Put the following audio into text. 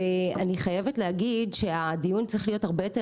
ואני חייבת להגיד שהדיון צריך להיות הרבה יותר